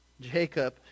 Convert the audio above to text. Jacob